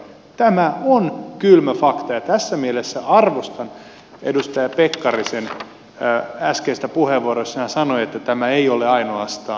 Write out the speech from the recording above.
tämä on kylmä fakta ja tässä mielessä arvostan edustaja pekkarisen äskeistä puheenvuoroa jossa hän sanoi että tämä ei ole ainoastaan